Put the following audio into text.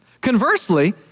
Conversely